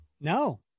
No